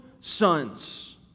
sons